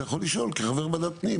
אז אתה יכול לשאול כחבר ועדת פנים.